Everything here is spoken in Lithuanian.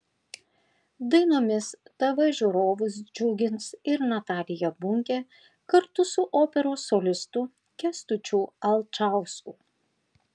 dainomis tv žiūrovus džiugins ir natalija bunkė kartu su operos solistu kęstučiu alčausku